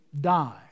die